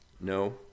No